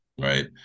right